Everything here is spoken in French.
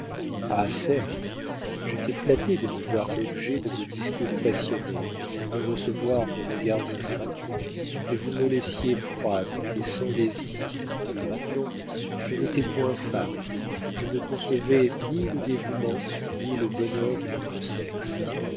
ah certes j'étais flattée de me voir l'objet de vos discours passionnés de recevoir vos regards de feu mais vous me laissiez froide et sans désirs non je n'étais point femme je ne concevais ni le dévouement ni le bonheur de notre sexe